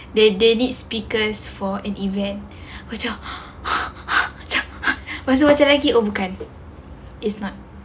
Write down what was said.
they need speaker for an event macam macam macam lagi oh bukan is not